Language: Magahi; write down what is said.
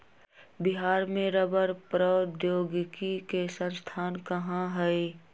बिहार में रबड़ प्रौद्योगिकी के संस्थान कहाँ हई?